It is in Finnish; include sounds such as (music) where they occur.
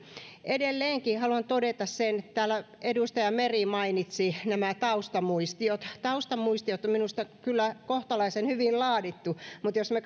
edelleenkin haluan todeta täällä edustaja meri mainitsi nämä taustamuistiot taustamuistiot on minusta kyllä kohtalaisen hyvin laadittu mutta jos me (unintelligible)